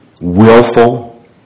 willful